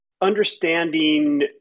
understanding